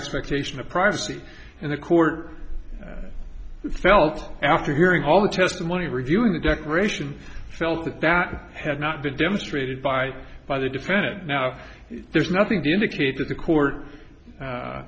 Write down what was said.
expectation of privacy and the court felt after hearing all the testimony reviewing the declaration felt that that had not been demonstrated by by the defendant now there's nothing to indicate to the